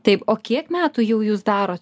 taip o kiek metų jau jūs darot